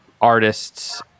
artists